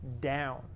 down